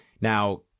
Now